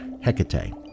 Hecate